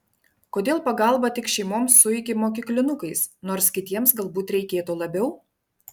kodėl pagalba tik šeimoms su ikimokyklinukais nors kitiems galbūt reikėtų labiau